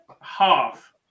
half